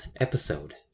episode